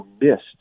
missed